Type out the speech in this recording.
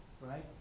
Right